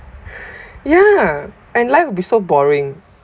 ya and life will be so boring